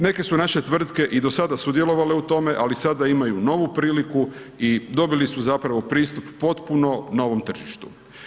Neke su naše tvrtke i dosada sudjelovale u tom ali sada imaju novu priliku i dobili su zapravo pristup potpunom novom tržištu.